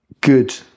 good